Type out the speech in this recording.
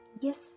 Yes